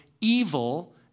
evil